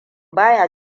baya